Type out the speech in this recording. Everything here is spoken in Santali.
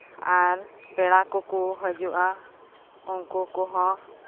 ᱟᱨ ᱯᱮᱲᱟ ᱠᱚᱠᱚ ᱦᱟᱹᱡᱩᱜᱼᱟ ᱩᱱᱠᱩ ᱠᱚᱦᱚᱸ